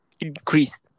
increased